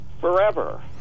forever